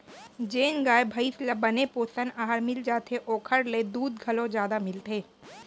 जेन गाय भईंस ल बने पोषन अहार मिल जाथे ओकर ले दूद घलौ जादा मिलथे